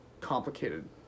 complicated